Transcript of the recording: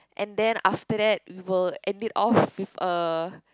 and then after that we will end it off with a